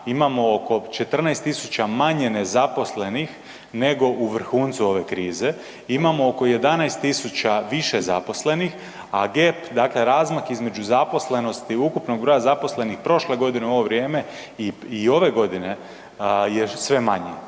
imamo oko 14.000 manje nezaposlenih nego u vrhuncu ove krize. Imamo oko 11.000 više zaposlenih, a …/nerazumljivo/… razmak između zaposlenosti i ukupnog broja zaposlenih prošle godine u ovo vrijeme i ovo vrijeme je sve manji.